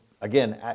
again